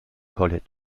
college